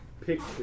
picture